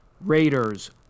Raiders